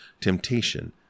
temptation